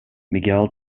miguel